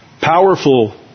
Powerful